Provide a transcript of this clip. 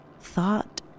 thought